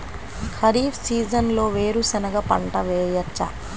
ఖరీఫ్ సీజన్లో వేరు శెనగ పంట వేయచ్చా?